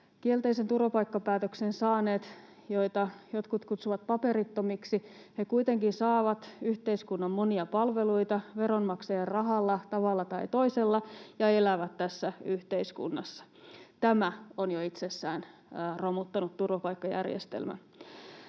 Kielteisen turvapaikkapäätöksen saaneet, joita jotkut kutsuvat paperittomiksi, kuitenkin saavat yhteiskunnan monia palveluita veronmaksajan rahalla tavalla tai toisella ja elävät tässä yhteiskunnassa. Tämä on jo itsessään romuttanut turvapaikkajärjestelmän.